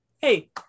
Hey